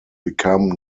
become